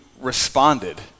responded